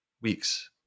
weeks